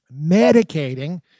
medicating